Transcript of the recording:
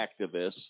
activists